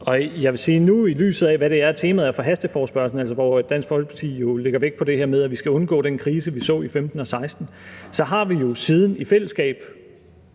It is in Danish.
for nogen. I lyset af hvad temaet for hasteforespørgslen er, hvor Dansk Folkeparti jo lægger vægt på det her med, at vi skal undgå den krise, vi så i 2015 og 2016, så har vi jo siden i fællesskab